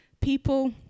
People